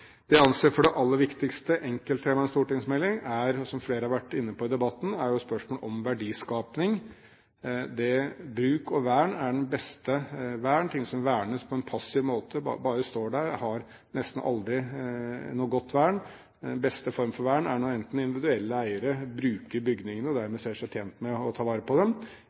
Det jeg anser for det aller viktigste enkelttemaet i en stortingsmelding, er, som flere har vært inne på i debatten, spørsmålet om verdiskaping. Bruk og vern er det beste vern. Ting som vernes på en passiv måte, som bare står der, har nesten aldri noe godt vern. Den beste form for vern er når enten individuelle eiere bruker bygningene og dermed ser seg tjent med å ta vare på dem,